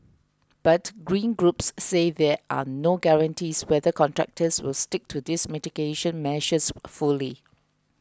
but green groups say there are no guarantees whether contractors will stick to these mitigation measures fully